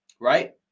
right